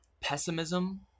pessimism